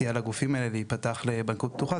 על הגופים האלה ולהיפתח לבנקאות פתוחה,